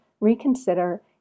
reconsider